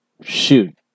shoot